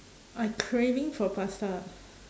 I craving for pasta